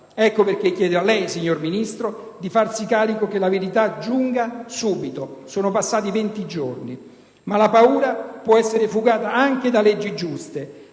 Ecco perché chiedo a lei, signor Ministro, di farsi carico che la verità giunga subito. Sono passati venti giorni. Ma la paura può essere fugata anche da leggi giuste: